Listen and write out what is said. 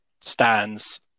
stands